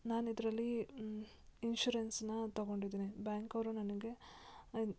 ನಾನು ಇದರಲ್ಲಿ ಇನ್ಶೂರೆನ್ಸನ್ನ ತಗೊಂಡಿದ್ದೀನಿ ಬ್ಯಾಂಕ್ ಅವರು ನನಗೆ